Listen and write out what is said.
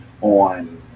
on